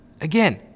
Again